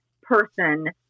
person